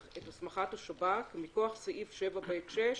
את הסמכת השב"כ מכוח סעיף 7(ב)(6)(6)